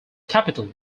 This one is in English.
capital